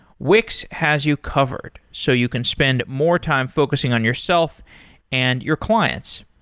wix has you covered, so you can spend more time focusing on yourself and your clients.